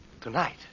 Tonight